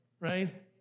Right